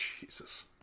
Jesus